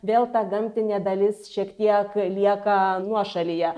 vėl ta gamtinė dalis šiek tiek lieka nuošalyje